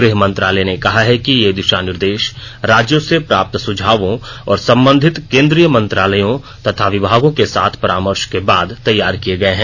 गृह मंत्रालय ने कहा है कि ये दिशा निर्देश राज्यों से प्राप्त सुझावों और संबंधित केंद्रीय मंत्रालयों तथा विभागों के साथ परामर्श के बाद तैयार किए गए हैं